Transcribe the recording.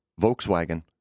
Volkswagen